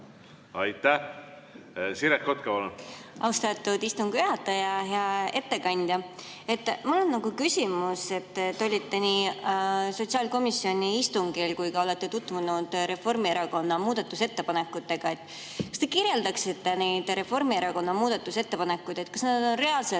Aitäh! Siret Kotka, palun! Austatud istungi juhataja! Hea ettekandja! Mul on nagu küsimus. Te olite nii sotsiaalkomisjoni istungil kui ka olete tutvunud Reformierakonna muudatusettepanekutega. Kas te kirjeldaksite neid Reformierakonna muudatusettepanekuid? Kas need on reaalselt